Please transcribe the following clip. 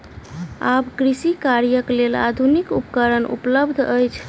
आब कृषि कार्यक लेल आधुनिक उपकरण उपलब्ध अछि